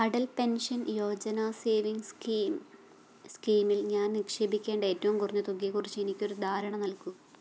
Atal pension Yojana savings scheme സ്കീമിൽ ഞാൻ നിക്ഷേപിക്കേണ്ട ഏറ്റവും കുറഞ്ഞ തുകയെക്കുറിച്ച് എനിക്ക് ഒരു ധാരണ നൽകൂ